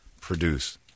produce